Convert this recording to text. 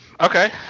Okay